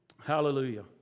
hallelujah